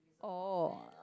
oh